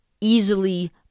easily